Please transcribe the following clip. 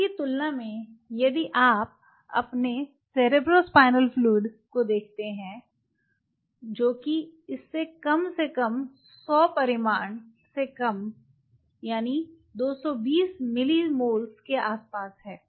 इस की तुलना में है यदि आप अपने सेरेब्रोस्पाइनल फ्लूइड को देखते हैं जो कि इससे कम से कम 100 परिमाण से कम 220 मिलीसोल्स के आसपास है